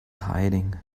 hiding